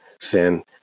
sin